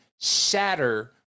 shatter